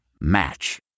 Match